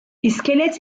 i̇skelet